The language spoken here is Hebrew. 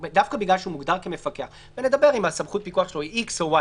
דווקא בגלל שהוא מוגדר כמפקח ונדבר אם סמכות הפיקוח שלו היא X או Y